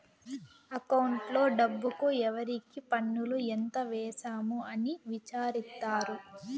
అకౌంట్లో డబ్బుకు ఎవరికి పన్నులు ఎంత వేసాము అని విచారిత్తారు